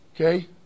Okay